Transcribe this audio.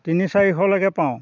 তিনি চাৰিশলৈকে পাওঁ